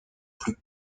plus